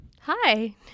Hi